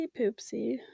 poopsie